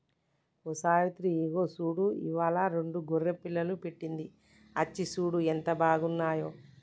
ఓ సావిత్రి ఇగో చూడు ఇవ్వాలా రెండు గొర్రె పిల్లలు పెట్టింది అచ్చి సూడు ఎంత బాగున్నాయో